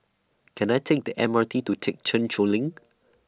Can I Take The M R T to Thekchen Choling